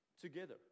together